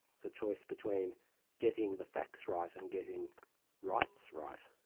it's a choice between getting the facts right and getting rights right.